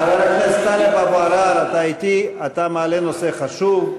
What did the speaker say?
חבר הכנסת טלב אבו עראר, אתה מעלה נושא חשוב.